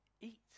eat